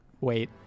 wait